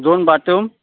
दोन बातरूम